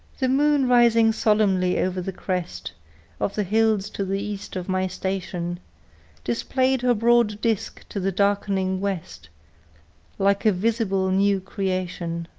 the moon rising solemnly over the crest of the hills to the east of my station displayed her broad disk to the darkening west like a visible new creation.